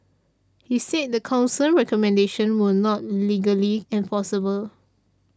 he said the Council's recommendations were not legally enforceable